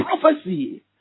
prophecy